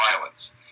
violence